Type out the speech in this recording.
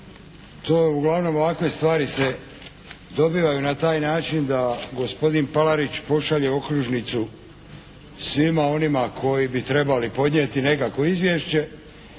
uglavnom, ovakve stvari se dobivaju na taj način da gospodin Palarić pošalje okružnicu svima onima koji bi trebali podnijeti nekakvo izvješće.